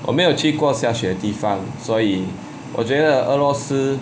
我没有去过下雪的地方所以我觉得俄罗斯